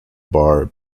bar